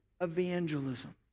evangelism